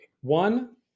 One